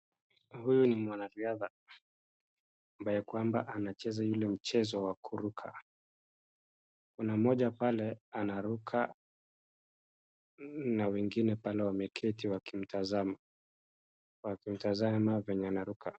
Huyu ni mwanariadha ambaye kwamba anacheza ule mchezo wa kuruka. Kuna mmoja pale anaruka na wengine pale wameketi wakimtazama, wakimtazama venye anaruka..